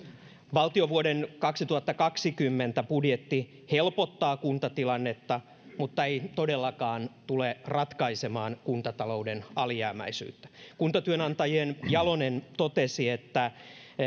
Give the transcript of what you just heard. valtion vuoden kaksituhattakaksikymmentä budjetti helpottaa kuntatilannetta mutta ei todellakaan tule ratkaisemaan kuntatalouden alijäämäisyyttä kuntatyönantajien jalonen totesi